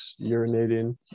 urinating